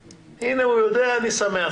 יודע, אני שמח.